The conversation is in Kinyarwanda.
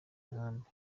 nkambi